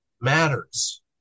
matters